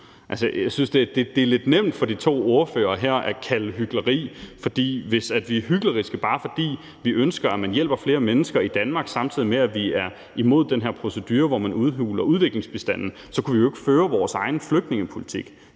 jeg synes, det er lidt nemt for de to ordførere her at kalde det hykleri, for hvis vi er hykleriske, bare fordi vi ønsker, at man hjælper flere mennesker i Danmark, samtidig med at vi er imod den her procedure, hvor man udhuler udviklingsbistanden, så kunne vi jo ikke føre vores egen flygtningepolitik.